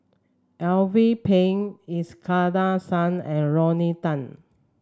Alvin Pang Iskandar Shah and Lorna Tan